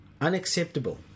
Unacceptable